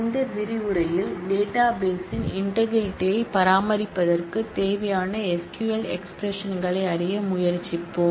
இந்த விரிவுரையில் டேட்டாபேஸ் ன் இன்டெக்ரிடி ஐ பராமரிப்பதற்கு தேவையான SQL எக்ஸ்பிரஷன்களை அறிய முயற்சிப்போம்